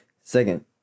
Second